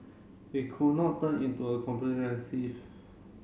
it could not turn into a